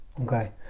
Okay